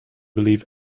believe